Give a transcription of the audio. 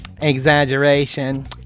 Exaggeration